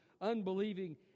unbelieving